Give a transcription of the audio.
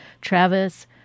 Travis